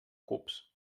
cubs